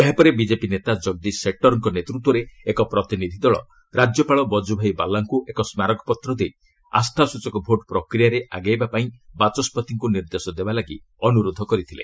ଏହାପରେ ବିଜେପି ନେତା ଜଗଦୀଶ ଶେଟ୍ଟର୍କ ନେତୃତ୍ୱରେ ଏକ ପ୍ରତିନିଧି ଦଳ ରାଜ୍ୟପାଳ ବକୁଭାଇ ବାଲାଙ୍କୁ ଏକ ସ୍କାରକପତ୍ର ଦେଇ ଆସ୍ଥାସ୍ଚକ ଭୋଟ୍ ପ୍ରକ୍ରିୟାରେ ଆଗେଇବାପାଇଁ ବାଚସ୍କତିଙ୍କୁ ନିର୍ଦ୍ଦେଶ ଦେବାପାଇଁ ଅନୁରୋଧ କରିଥିଲେ